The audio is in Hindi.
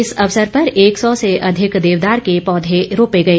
इस अवसर पर एक सौ से अधिक देवदार के पौधे रोपे गए